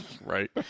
Right